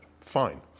Fine